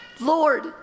lord